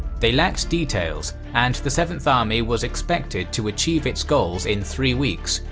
they lacked details and the seventh army was expected to achieve its goals in three weeks,